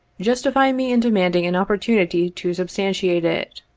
justify me in demanding an opportunity to substantiate it.